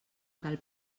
cal